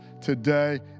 today